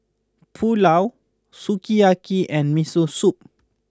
Pulao Sukiyaki and Miso Soup